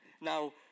Now